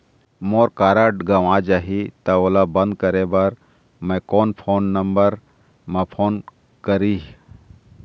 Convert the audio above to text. मोर card गंवा जाही त ओला बंद करें बर मैं कोन नंबर म फोन करिह?